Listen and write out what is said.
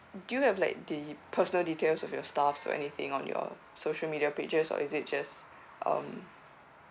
do you have like the personal details of your staff so anything on your social media pages or is it just um